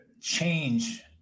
change